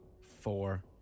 four